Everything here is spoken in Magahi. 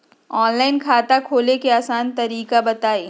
ऑनलाइन खाता खोले के आसान तरीका बताए?